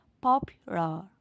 popular